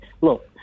look